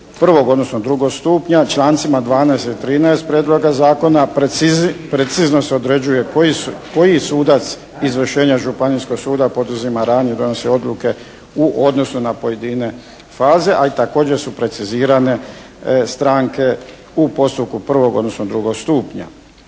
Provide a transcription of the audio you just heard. odnosno drugog stupnja člancima 12. i 13. prijedloga zakona, precizno se određuje koji sudac izvršenja Županijskog suda poduzima radnje i donosi odluke u odnosu na pojedine faze. A i također su precizirane stranke u postupku prvog odnosno drugog stupnja.